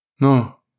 No